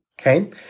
okay